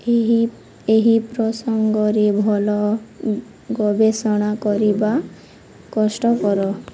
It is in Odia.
ଏହି ଏହି ପ୍ରସଙ୍ଗରେ ଭଲ ଗବେଷଣା କରିବା କଷ୍ଟକର